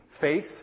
faith